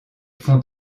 font